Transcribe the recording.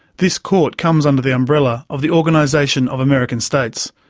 this court comes under the umbrella of the organization of american states,